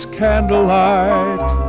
candlelight